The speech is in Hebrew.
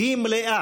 היא מלאה.